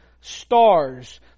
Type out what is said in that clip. stars